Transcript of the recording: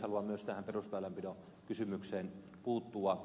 haluan myös tähän perusradanpidon kysymykseen puuttua